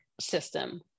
system